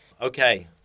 Okay